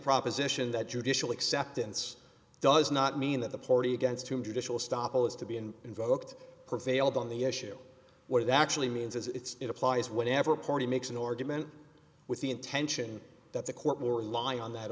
proposition that judicial acceptance does not mean that the party against whom judicial stopovers to be in invoked prevailed on the issue where that actually means it's it applies whatever party makes an argument with the intention that the court will rely on that